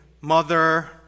Mother